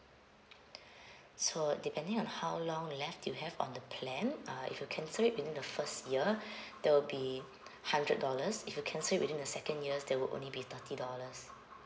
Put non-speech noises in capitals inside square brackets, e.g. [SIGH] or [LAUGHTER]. [BREATH] so depending on how long left you have on the plan uh if you cancel it within the first year [BREATH] they will be hundred dollars if you cancel it within the second years they will only be thirty dollars